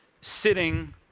sitting